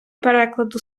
перекладу